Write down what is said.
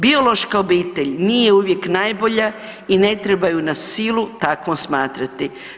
Biološka obitelj nije uvijek najbolja i ne treba ju na silu takvom smatrati.